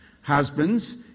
Husbands